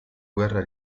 guerra